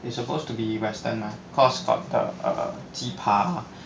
it's supposed to be western lah cause got the err ji pa